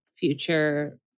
future